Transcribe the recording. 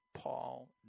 Paul